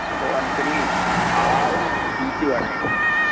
അപ്പോൾ എനിക്കൊരു ആറ് സീറ്റ് വേണമായിരുന്നു